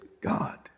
God